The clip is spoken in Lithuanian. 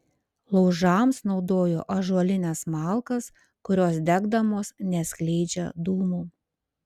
laužams naudojo ąžuolines malkas kurios degdamos neskleidžia dūmų